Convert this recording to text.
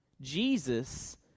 Jesus